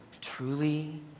truly